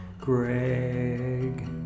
Greg